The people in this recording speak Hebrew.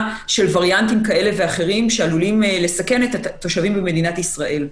של וריאנטים כאלה ואחרים שעלולים לסכן את התושבים במדינת ישראל.